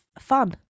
fun